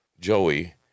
joey